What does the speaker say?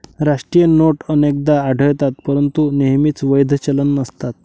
राष्ट्रीय नोट अनेकदा आढळतात परंतु नेहमीच वैध चलन नसतात